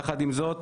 יחד עם זאת,